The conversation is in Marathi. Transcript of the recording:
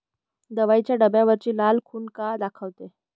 दवाईच्या डब्यावरची लाल खून का दाखवते?